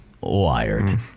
Wired